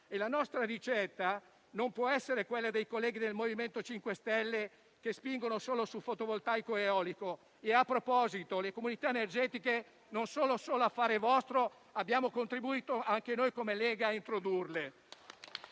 La nostra ricetta non può essere quella dei colleghi del MoVimento 5 Stelle, che spingono solo su fotovoltaico ed eolico. A proposito, le comunità energetiche non sono solo affare vostro, abbiamo contribuito anche noi come Lega ad introdurle.